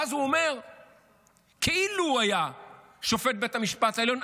ואז כאילו הוא היה שופט בית המשפט העליון,